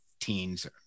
teens